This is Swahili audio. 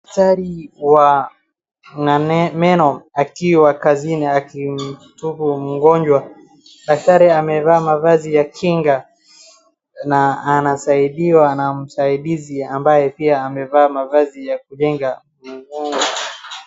Daktari wa meno akiwa kazini akimhudumia mgonjwa daktari amevaa mavazi ya kinga na ansaidiwa ana msaidizi ambaye pia amevaa mavazi ya kukinga.